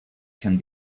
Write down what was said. can